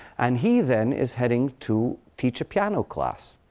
and he then is heading to teach a piano class.